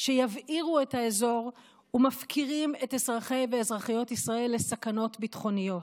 שיבעירו את האזור ומפקירים את אזרחי ואזרחיות ישראל לסכנות ביטחוניות.